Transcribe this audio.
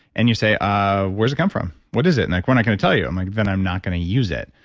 and you say ah where's it come from? what is it? and like, we're not going to tell you. i'm like, then i'm not going to use it.